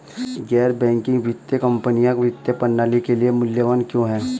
गैर बैंकिंग वित्तीय कंपनियाँ वित्तीय प्रणाली के लिए मूल्यवान क्यों हैं?